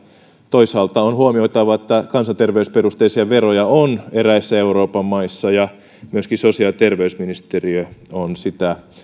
toisaalta on huomioitava että kansanterveysperusteisia veroja on eräissä euroopan maissa ja myöskin sosiaali ja terveysministeriö on sitä